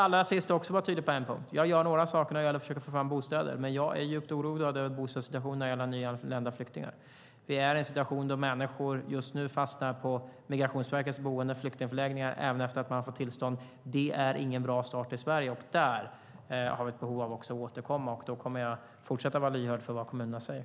Allra sist ska jag vara tydlig på en punkt. Jag gör några saker när det gäller att försöka få fram bostäder, men jag är djupt oroad över bostadssituationen när det gäller nyanlända flyktingar. Vi är i en situation där människor just nu fastnar på Migrationsverkets boenden och flyktingförläggningar även efter att de har fått tillstånd. Det är ingen bra start i Sverige, och där har vi ett behov av att återkomma. Då kommer jag att fortsätta att vara lyhörd för vad kommunerna säger.